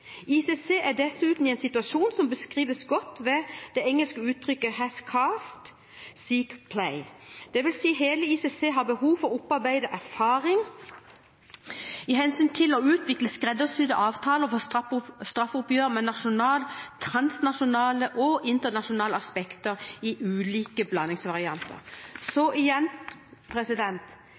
ICC er dessuten i en situasjon som beskrives godt ved det engelske uttrykket «has cast, seeks play», det vil si at hele ICC har behov for å opparbeide erfaring med hensyn til å utvikle skreddersydde avtaler for straffeoppgjør med nasjonale, transnasjonale og internasjonale aspekter i ulike blandingsvarianter. Så